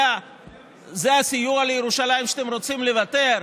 זה הסיוע לירושלים שאתם רוצים לוותר עליו?